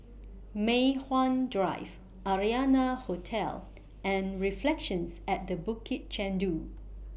Mei Hwan Drive Arianna Hotel and Reflections At The Bukit Chandu